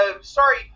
sorry